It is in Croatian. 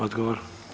Odgovor.